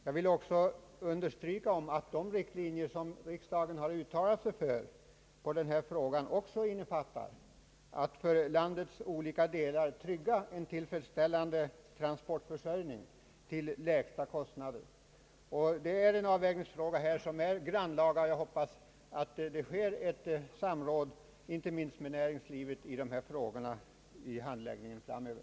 Jag vill också understryka att de riktlinjer, som riksdagen har uttalat sig för i denna fråga, även innefattar målsättningen att för landets olika delar trygga en tillfredsställande transportförsörjning till lägsta kostnader. Det är en grannlaga avvägningsfråga som statens järnvägar och kommunikationsdepartementet här har att handlägga, och jag hoppas att man samråder inte minst med näringslivet angående dessa problem framöver.